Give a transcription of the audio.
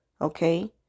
okay